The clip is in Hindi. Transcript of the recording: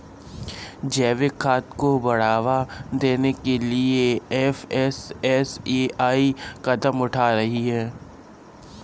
जैविक खाद को बढ़ावा देने के लिए एफ.एस.एस.ए.आई कदम उठा रही है